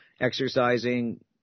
exercising